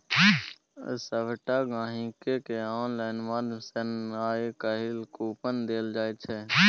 सभटा गहिंकीकेँ आनलाइन माध्यम सँ आय काल्हि कूपन देल जाइत छै